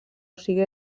sigui